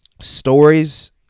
Stories